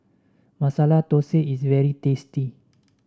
Masala Thosai is very tasty